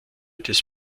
des